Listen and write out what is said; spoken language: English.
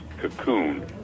cocoon